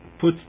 put